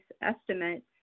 estimates